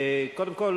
קודם כול,